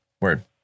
word